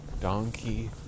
donkey